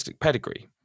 pedigree